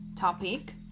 topic